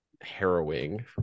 harrowing